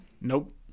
Nope